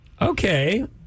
Okay